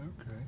Okay